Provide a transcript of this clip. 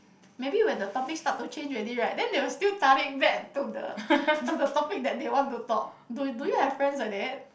maybe when the topic start to change already right then they will still back to the to the topic that they want to talk do do you have friends like that